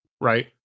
right